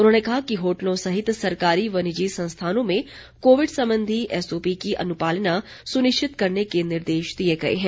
उन्होंने कहा कि होटलों सहित सरकारी व निजी संस्थानों में कोविड संबंधी एसओपी की अनुपालना सुनिश्चित करने के निर्देश दिए गए हैं